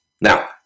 Now